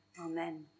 Amen